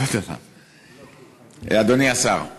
אדוני השר,